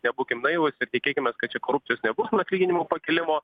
nebūkim naivūs ir tikėkimės kad čia korupcijos nebus nuo atlyginimų pakėlimo